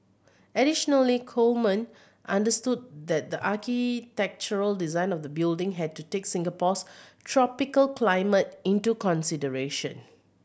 additionally Coleman understood that the architectural design of the building had to take Singapore's tropical climate into consideration